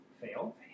Fail